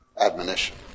admonition